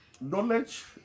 knowledge